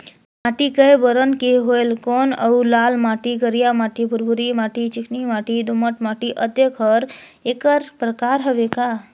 माटी कये बरन के होयल कौन अउ लाल माटी, करिया माटी, भुरभुरी माटी, चिकनी माटी, दोमट माटी, अतेक हर एकर प्रकार हवे का?